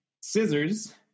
Scissors